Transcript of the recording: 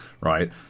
right